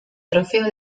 trofeo